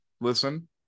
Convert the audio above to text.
listen